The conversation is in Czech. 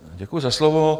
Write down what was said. Děkuji za slovo.